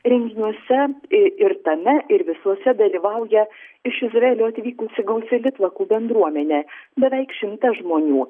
renginiuose i ir tame ir visuose dalyvauja iš izraelio atvykusi gausi litvakų bendruomenė beveik šimtas žmonių